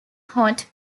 hot